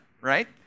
right